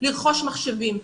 לרכוש מחשבים,